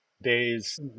days